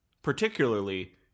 Particularly